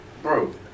Bro